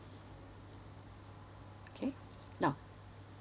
okay now